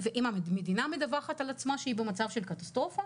אם המדינה מדווחת על עצמה שהיא במצב של קטסטרופה,